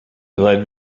led